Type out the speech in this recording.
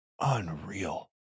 Unreal